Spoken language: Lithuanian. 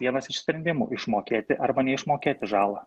vienas iš sprendimų išmokėti arba neišmokėti žalą